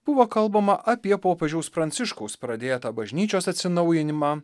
buvo kalbama apie popiežiaus pranciškaus pradėtą bažnyčios atsinaujinimą